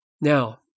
Now